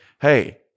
hey